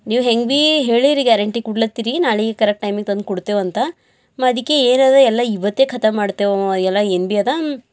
ನೀವು ಹೆಂಗೆ ಬೀ ಹೇಳೀರಿ ಗ್ಯಾರೆಂಟಿ ಕೊಡ್ಲತ್ತಿರಿ ನಾಳೆಗ್ ಕರೆಕ್ಟ್ ಟೈಮಿಗೆ ತಂದು ಕೊಡ್ತೇವಂತ ಮಾ ಅದಿಕೆ ಏನಿದೆ ಎಲ್ಲ ಇವತ್ತೇ ಖತಮ್ ಮಾಡ್ತೆವೂ ಎಲ್ಲ ಏನು ಬಿ ಅದು